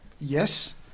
yes